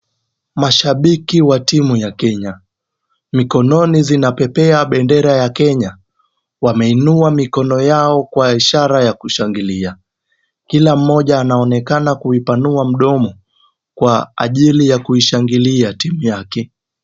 Mashabiki wa timu ya Kenya. Mikononi zinapepea bendera ya Kenya. Wanainua mikono yao kwa ishara ya kushangilia. Kila mmoja anaonekana kuipanua mdomo, kwa ajili ya kuishangilia timu yake.